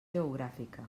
geogràfica